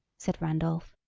said randolph.